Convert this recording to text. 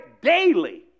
daily